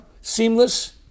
seamless